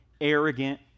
arrogant